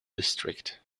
district